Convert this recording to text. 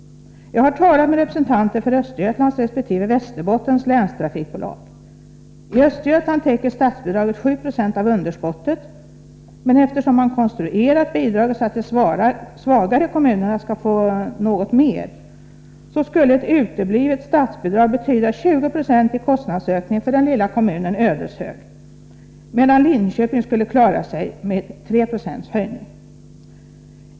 Jag har talat med representanter för Östergötlands resp. Västerbottens länstrafikbolag. I Östergötland täcker statsbidraget 7 96 av underskottet, men eftersom man konstruerat bidraget så att de svagare kommunerna skall få något mer, skulle ett uteblivet statsbidrag betyda 20 90 i kostnadsökning för den lilla kommunen Ödeshög, medan Linköping skulle klara sig med 3 20 höjning.